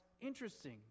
interesting